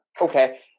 okay